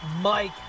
Mike